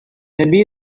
maybe